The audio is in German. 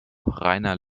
reiner